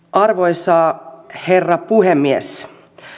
arvoisa herra puhemies